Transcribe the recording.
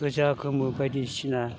गोजा गोमो बायदिसिना